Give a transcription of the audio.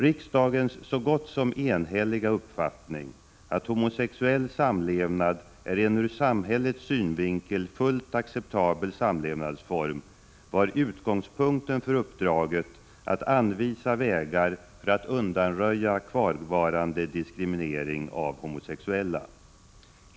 Riksdagens så gott som enhälliga uppfattning, att homosexuell samlevnad är en ur samhällets synvinkel fullt acceptabel samlevnadsform, var utgångspunkten för uppdraget att anvisa vägar för att undanröja kvarvarande diskriminering av homosexuella.